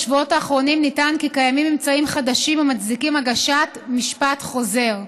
בשבועות האחרונים נטען כי קיימים אמצעים חדשים המצדיקים הגשת משפט חוזר.